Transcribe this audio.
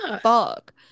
fuck